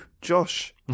Josh